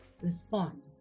respond